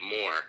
more